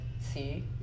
see